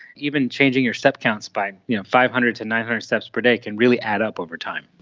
even changing your step counts by you know five hundred to nine hundred steps per day can really add up over time.